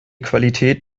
qualität